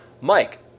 Mike